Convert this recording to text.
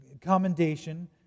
commendation